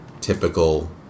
typical